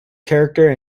character